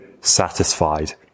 satisfied